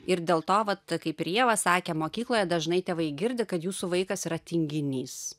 ir dėl to vat kaip ir ieva sakė mokykloje dažnai tėvai girdi kad jūsų vaikas yra tinginys